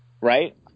right